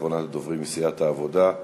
אחרונת הדוברים מסיעת העבודה.